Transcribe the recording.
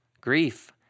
grief